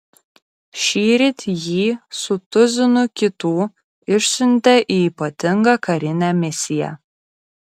šįryt jį su tuzinu kitų išsiuntė į ypatingą karinę misiją